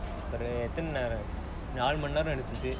ஓரு எத்தனை நேரம் எடுத்துச்சு:oru ethanai neram eduthuchu